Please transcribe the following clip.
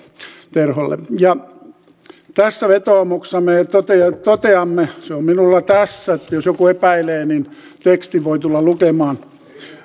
terholle tässä vetoomuksessa me toteamme se on minulla tässä jos joku epäilee niin tekstin voi tulla lukemaan